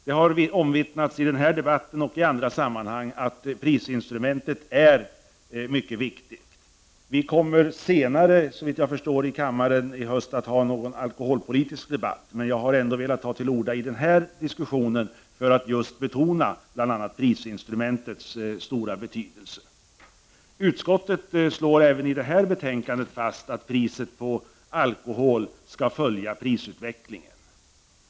Det har omvittnats i denna debatt och i andra sammanhang att prisinstrumentet är mycket viktigt. Vi kommer senare under hösten att ha en alkoholpolitisk debatt här i riksdagen, men jag har ändå velat ta till orda i den här diskussionen för att just betona prisinstrumentets stora betydelse. Utskottet slår fast att priset på alkohol skall följa prisutvecklingen.